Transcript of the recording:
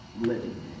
living